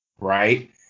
Right